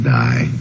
die